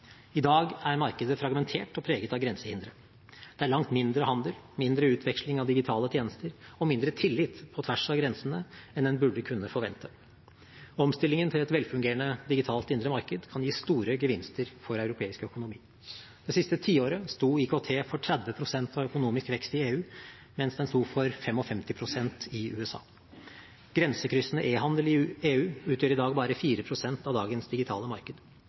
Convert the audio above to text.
I dag er markedet fragmentert og preget av grensehindre. Det er langt mindre handel, mindre utveksling av digitale tjenester og mindre tillit på tvers av grensene enn en burde kunne forvente. Omstillingen til et velfungerende digitalt indre marked kan gi store gevinster for europeisk økonomi. Det siste tiåret sto IKT for 30 pst. av økonomisk vekst i EU, mens den sto for 55 pst. i USA. Grensekryssende e-handel i EU utgjør i dag bare 4 pst. av dagens digitale marked.